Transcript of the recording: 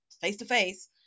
face-to-face